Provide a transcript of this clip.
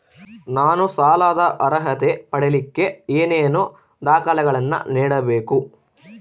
ನಾನು ಸಾಲದ ಅರ್ಹತೆ ಪಡಿಲಿಕ್ಕೆ ಏನೇನು ದಾಖಲೆಗಳನ್ನ ನೇಡಬೇಕು?